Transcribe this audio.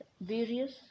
various